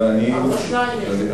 ארבעה שניים יש פה.